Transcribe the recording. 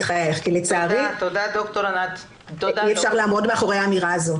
חייך' כי לצערי אי אפשר לעמוד מאחורי האמירה הזאת.